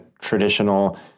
traditional